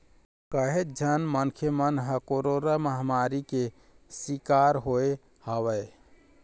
काहेच झन मनखे मन ह कोरोरा महामारी के सिकार होय हवय